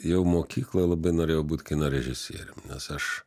jau mokykloj labai norėjau būt kino režisierium nes aš